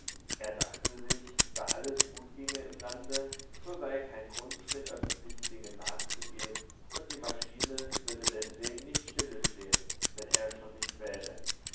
er dachte sich da alles gut ginge im lande so sei kein grund den öffentlichen dingen nachzugehen und die maschine würde deswegen nicht stille stehen wenn er schon nicht wähle